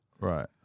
Right